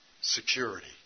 security